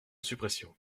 suppression